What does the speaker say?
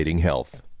health